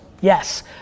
Yes